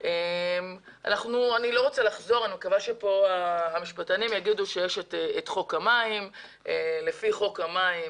ואני מקווה שהמשפטנים יאמרו שיש את חוק המים ולפי חוק המים,